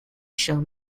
shown